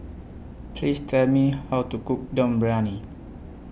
Please Tell Me How to Cook Dum Briyani